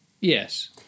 Yes